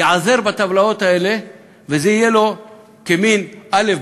ייעזר בטבלאות האלה, וזה יהיה לו כמין, א.